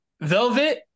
Velvet